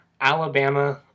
Alabama